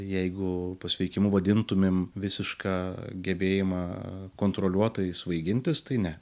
jeigu pasveikimu vadintumėm visišką gebėjimą kontroliuotai svaigintis tai ne